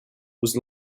was